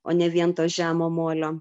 o ne vien to žemo molio